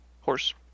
horse